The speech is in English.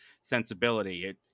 sensibility